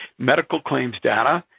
medical claims data,